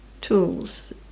tools